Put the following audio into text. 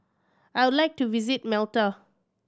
I would like to visit Malta